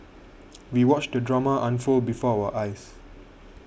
we watched the drama unfold before our eyes